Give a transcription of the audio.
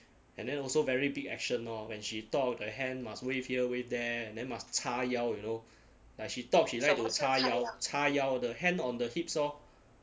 and then also very big action orh when she talk the hand must wave here wave there and then must 叉腰 you know like she talk she like to 叉腰叉腰 the hand on the hips orh